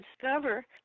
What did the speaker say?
discover